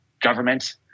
government